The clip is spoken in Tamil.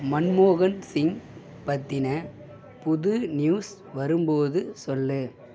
மன்மோகன் சிங் பற்றின புது நியூஸ் வரும்போது சொல்